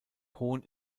hohen